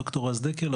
ד"ר רז דקל,